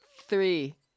Three